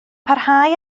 parhau